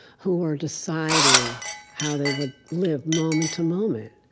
who were deciding how they would live moment to moment.